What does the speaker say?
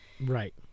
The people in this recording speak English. right